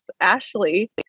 Ashley